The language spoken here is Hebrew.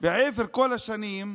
לאורך כל השנים,